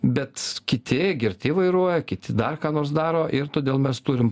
bet kiti girti vairuoja kiti dar ką nors daro ir todėl mes turim